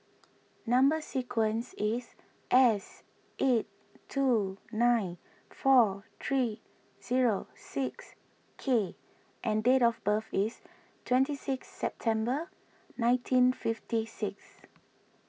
Number Sequence is S eight two nine four three zero six K and date of birth is twenty six September nineteen fifty six